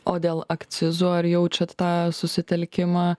o dėl akcizų ar jaučiat tą susitelkimą